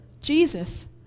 Jesus